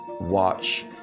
watch